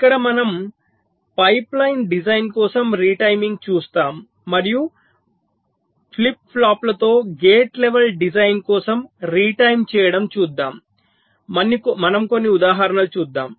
ఇక్కడ మనం pipeline design కోసం రిటైమింగ్ చూస్తాం మరియు ఫ్లిప్ ఫ్లాప్లతో గేట్ లెవల్ డిజైన్ కోసం రిటైమ్ చేయడం చూద్దాం మనం కొన్ని ఉదాహరణలు చూద్దాం